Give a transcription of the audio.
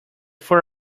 fur